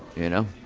you know?